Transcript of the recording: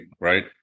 right